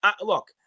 look